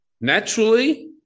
Naturally